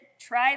try